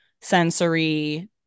sensory